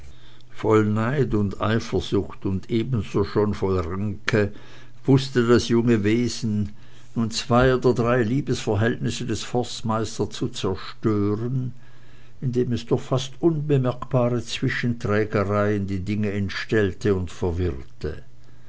voll neid und eifersucht und ebenso schon voll ränke wußte das junge wesen nun zwei oder drei liebesverhältnisse des forstmeisters zu zerstören indem es durch fast unbemerkbare zwischenträgereien die dinge entstellte und verwirrte